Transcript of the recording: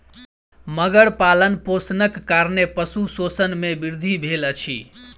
मगर पालनपोषणक कारणेँ पशु शोषण मे वृद्धि भेल अछि